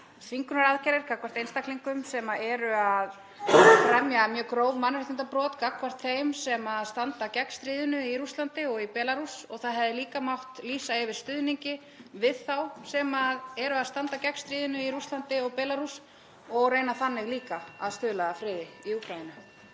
þvingunaraðgerðir gagnvart einstaklingum sem eru að fremja mjög gróf mannréttindabrot gagnvart þeim sem standa gegn stríðinu í Rússlandi og í Belarús. Það hefði líka mátt lýsa yfir stuðningi við þá sem eru að standa gegn stríðinu í Rússlandi og Belarús og reyna þannig að stuðla að friði í Úkraínu.